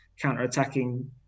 counter-attacking